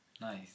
Nice